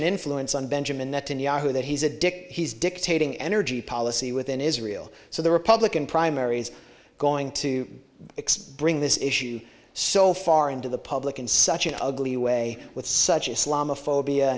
an influence on benjamin netanyahu that he's a dick he's dictating energy policy within israel so the republican primaries are going to explain this issue so far into the public in such an ugly way with such a slum a phobia